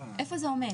איפה זה עומד?